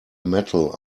metal